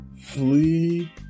flee